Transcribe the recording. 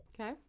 Okay